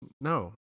No